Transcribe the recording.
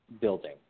building